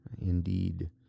Indeed